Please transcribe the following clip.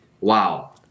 wow